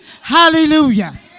Hallelujah